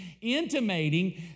intimating